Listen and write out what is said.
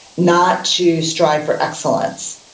not to strive for excellence,